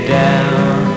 down